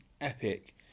epic